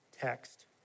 text